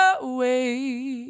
away